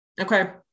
Okay